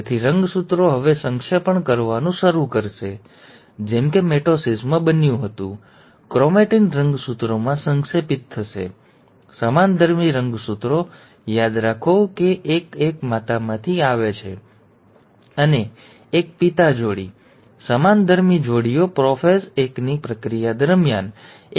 તેથી રંગસૂત્રો હવે સંક્ષેપણ કરવાનું શરૂ કરશે જેમ કે મિટોસિસમાં બન્યું હતું ક્રોમેટીન રંગસૂત્રોમાં સંક્ષેપિત થશે અને સમાનધર્મી રંગસૂત્રો યાદ રાખો કે એક એક માતામાંથી આવે છે અને એક પિતા જોડી સમાનધર્મી જોડીઓ પ્રોફાસ એકની પ્રક્રિયા દરમિયાન એકસાથે આવવાનું શરૂ કરશે